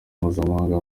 mpuzamahanga